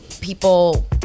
people